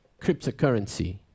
cryptocurrency